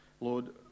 Lord